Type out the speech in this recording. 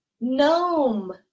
gnome